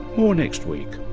more next week